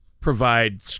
provide